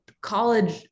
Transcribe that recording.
college